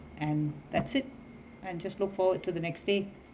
and that's it and just look forward to the next day